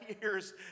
years